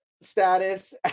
status